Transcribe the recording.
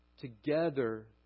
together